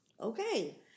Okay